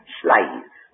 slave